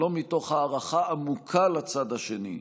שלום מתוך הערכה עמוקה לצד השני,